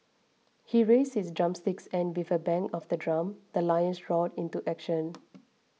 he raised his drumsticks and with a bang of the drum the lions roared into action